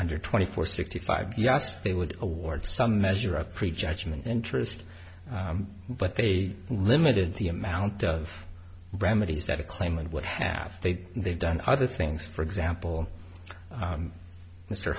under twenty four sixty five yes they would award some measure of prejudgment interest but they limited the amount of remedies that a claim and what have they they've done other things for example